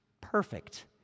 perfect